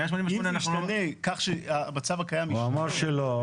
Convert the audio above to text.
אם המצב הקיים ישתנה --- הוא אמר שלא.